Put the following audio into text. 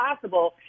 possible